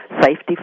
safety